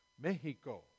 Mexico